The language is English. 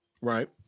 right